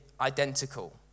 identical